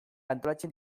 antolatzen